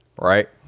Right